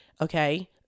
okay